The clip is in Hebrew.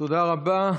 תודה רבה.